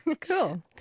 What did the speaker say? Cool